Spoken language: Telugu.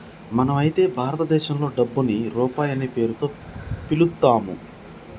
మనం అయితే భారతదేశంలో డబ్బుని రూపాయి అనే పేరుతో పిలుత్తాము